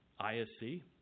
ISC